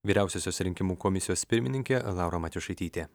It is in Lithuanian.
vyriausiosios rinkimų komisijos pirmininkė laura matjošaitytė